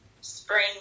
spring